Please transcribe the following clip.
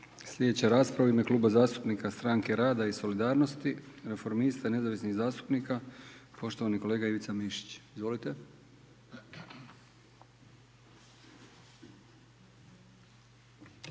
Slijedeća rasprava u ime Kluba zastupnika Stranke rada i solidarnosti, Reformista i nezavisnih zastupnika, poštovani kolega Ivica Mišić. Izvolite.